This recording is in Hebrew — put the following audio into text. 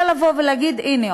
אלא זה לבוא ולהגיד: הנה,